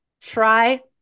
Try